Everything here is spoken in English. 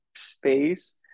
space